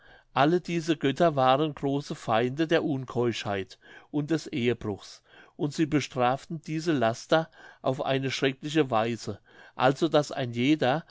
alle diese götter waren große feinde der unkeuschheit und des ehebruchs und sie bestraften diese laster auf eine schreckliche weise also daß ein jeder